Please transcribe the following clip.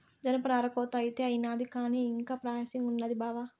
జనపనార కోత అయితే అయినాది కానీ ఇంకా ప్రాసెసింగ్ ఉండాది బావా